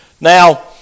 Now